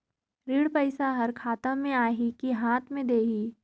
ऋण पइसा हर खाता मे आही की हाथ मे देही?